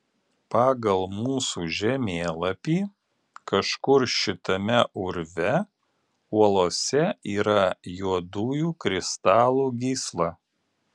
pagal mūsų žemėlapį kažkur šitame urve uolose yra juodųjų kristalų gysla